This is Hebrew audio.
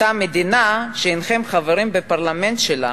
אותה מדינה שהנכם חברים בפרלמנט שלה,